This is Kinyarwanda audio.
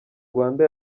rwanda